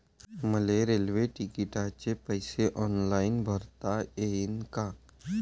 मले रेल्वे तिकिटाचे पैसे ऑनलाईन भरता येईन का?